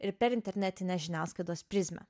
ir per internetinės žiniasklaidos prizmę